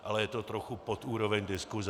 Ale je to trochu pod úroveň diskuse.